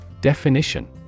Definition